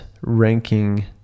ranking